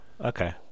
okay